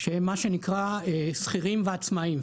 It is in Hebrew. שהם מה שנקרא שכירים ועצמאיים,